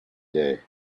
day